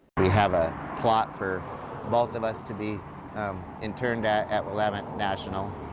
we have a plot for both of us to be interned at, at willamette national.